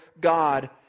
God